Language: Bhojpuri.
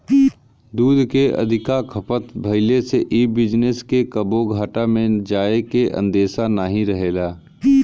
दूध के अधिका खपत भइले से इ बिजनेस के कबो घाटा में जाए के अंदेशा नाही रहेला